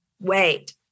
wait